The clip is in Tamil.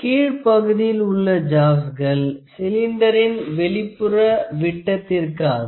கீழ்பகுதியில் உள்ள ஜாவ்ஸ்கள் சிலிண்டரின் வெளிப்புற விட்டத்திற்காக